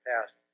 past